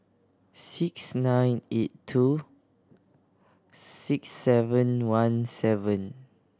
six nine eight two six seven one seven